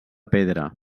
pedra